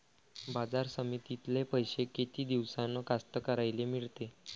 बाजार समितीतले पैशे किती दिवसानं कास्तकाराइले मिळते?